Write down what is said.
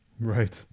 Right